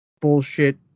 bullshit